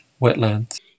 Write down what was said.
wetlands